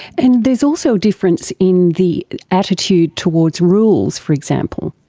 and there's also difference in the attitude towards rules, for example.